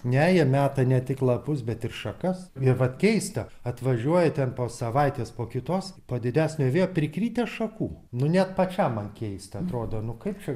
ne jie meta ne tik lapus bet ir šakas ir vat keista atvažiuoji ten po savaitės po kitos po didesnio vėjo prikritę šakų nu net pačiam man keista atrodo nu kaip čia